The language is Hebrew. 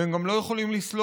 והם גם לא יכולים לסלוח.